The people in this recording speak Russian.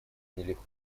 нелегко